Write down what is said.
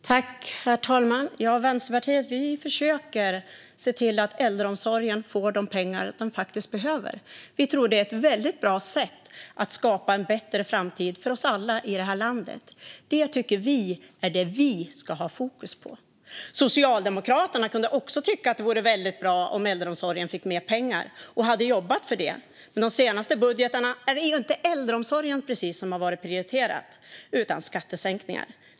Herr talman! Vi i Vänsterpartiet försöker se till att äldreomsorgen får de pengar den behöver. Vi tror att det är ett bra sätt att skapa en bättre framtid för oss alla i landet. Det tycker Vänsterpartiet att vi alla ska ha fokus på. Socialdemokraterna kunde också tycka att det vore bra om äldreomsorgen fick mer pengar och faktiskt jobbat för det. Men i de senaste budgetarna är det inte äldreomsorgen som har varit prioriterad utan i stället skattesänkningar.